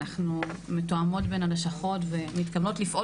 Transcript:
אנחנו מתואמות בין הלשכות ומתכוונות לפעול